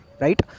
right